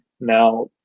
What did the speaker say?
now